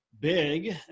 big